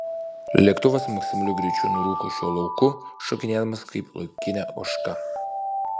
lėktuvas maksimaliu greičiu nurūko šiuo lauku šokinėdamas kaip laukinė ožka